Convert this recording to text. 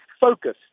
focus